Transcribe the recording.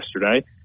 yesterday